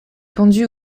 pendu